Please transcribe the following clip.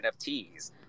NFTs